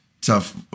tough